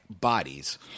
bodies